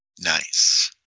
Nice